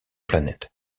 planète